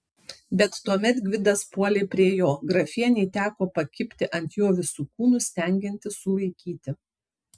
bet tuomet gvidas puolė prie jo grafienei teko pakibti ant jo visu kūnu stengiantis sulaikyti